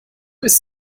ist